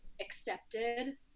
accepted